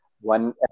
one